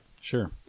Sure